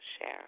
share